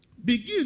begin